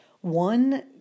One